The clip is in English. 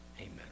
Amen